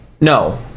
No